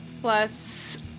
Plus